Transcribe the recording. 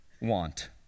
want